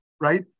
right